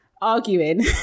arguing